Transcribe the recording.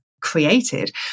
created